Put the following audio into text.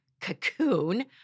cocoon